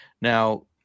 Now